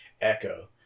Echo